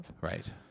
Right